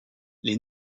les